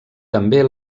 també